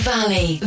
Valley